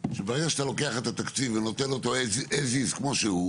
ברגע שאתה לוקח את התקציב ונותן אותו as is כמו שהוא,